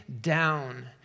down